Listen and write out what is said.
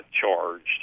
charged